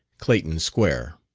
clayton square.